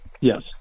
Yes